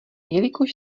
jelikož